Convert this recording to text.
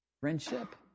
Friendship